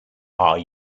are